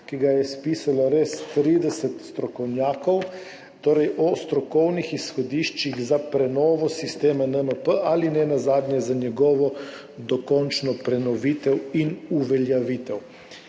ki ga je spisalo 30 strokovnjakov, o strokovnih izhodiščih za prenovo sistema NMP ali nenazadnje za njegovo dokončno prenovitev in uveljavitev.